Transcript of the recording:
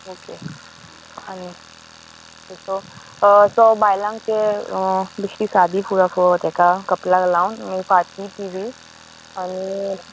okay आनी सो सो बायलांक ते बेश्टी सादी फुलां पळय ते कपलाक लावन मागीर फाती ती बी आनी